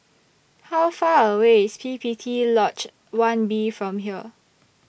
How Far away IS P P T Lodge one B from here